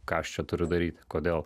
ką aš čia turiu daryti kodėl